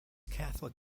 catholic